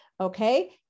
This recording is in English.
Okay